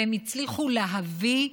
והם הצליחו להביא,